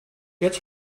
jetzt